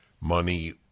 money